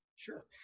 Sure